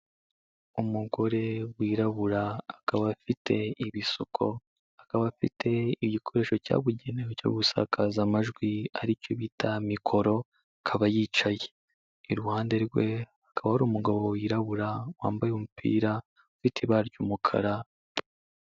Umugore wirabura akaba afite ibisuko, akaba afite igikoresho cyabugenewe cyo gusakaza amajwi aricyo bita mikoro, akaba yicaye. Iruhande rwe hakaba hari umugabo wirabura wambaye umupira ufite ibara ry'umukara.